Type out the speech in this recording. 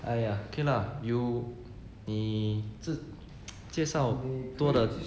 !aiya! okay lah you 你自 介绍多的